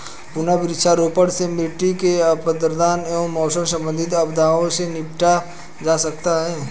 पुनः वृक्षारोपण से मिट्टी के अपरदन एवं मौसम संबंधित आपदाओं से निपटा जा सकता है